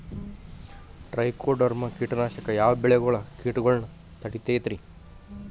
Trichoderma ಕೇಟನಾಶಕ ಯಾವ ಬೆಳಿಗೊಳ ಕೇಟಗೊಳ್ನ ತಡಿತೇತಿರಿ?